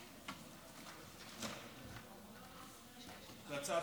להצעת